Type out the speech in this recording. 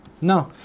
no